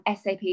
SAP